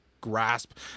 grasp